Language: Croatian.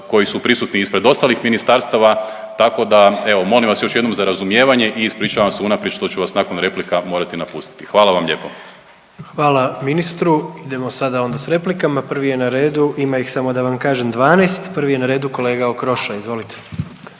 koji su prisutni ispred ostalih ministarstava, tako da, evo, molim vas još jednom za razumijevanje i ispričavam se unaprijed što ću vas nakon replika morati napustiti. Hvala vam lijepo. **Jandroković, Gordan (HDZ)** Hvala ministru. Idemo sada onda s replikama. Prvi je na redu, ima ih, samo da vam kažem, 12, prvi je na redu kolega Okroša, izvolite.